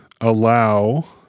allow